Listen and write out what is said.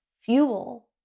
fuel